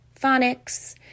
phonics